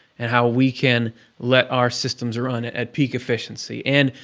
and how we can let our systems run at peak efficiency. and,